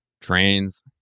trains